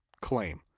claim